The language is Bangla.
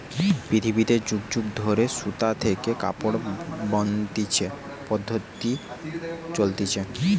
পৃথিবীতে যুগ যুগ ধরে সুতা থেকে কাপড় বনতিছে পদ্ধপ্তি চলতিছে